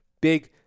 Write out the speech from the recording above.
Big